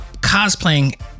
cosplaying